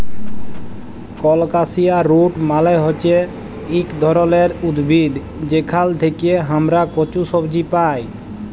colocasia root মালে হচ্যে ইক ধরলের উদ্ভিদ যেখাল থেক্যে হামরা কচু সবজি পাই